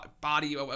body